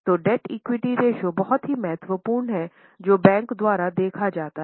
तो डेब्ट equity ratio भी महत्वपूर्ण है